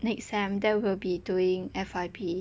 next sem then we'll be doing F_Y_P